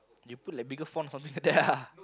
they put like bigger font something like that lah